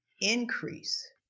increase